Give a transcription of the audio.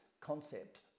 concept